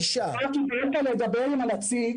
--- לדבר עם הנציג